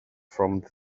from